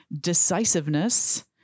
Decisiveness